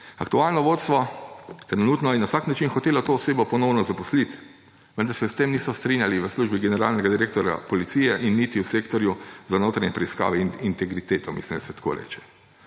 Aktualno vodstvo, trenutno, je na vsak način hotelo to osebo ponovno zaposliti, vendar se s tem niso strinjali v službi generalnega direktorja policije in niti v sektorju za notranje preiskave in integriteto, mislim, da se tako reče.